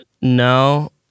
no